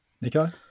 Nico